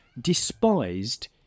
Despised